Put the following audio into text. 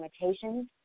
limitations